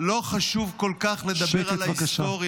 לא חשוב כל כך לדבר על ההיסטוריה,